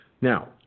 Now